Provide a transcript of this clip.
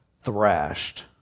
thrashed